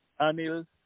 Anil